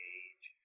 age